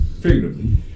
figuratively